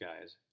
guys